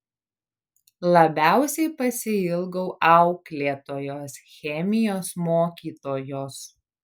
labiausiai pasiilgau auklėtojos chemijos mokytojos